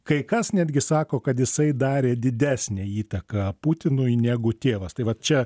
kai kas netgi sako kad jisai darė didesnę įtaką putinui negu tėvas tai va čia